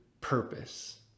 purpose